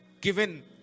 given